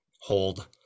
hold